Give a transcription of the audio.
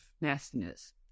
nastiness